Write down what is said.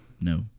No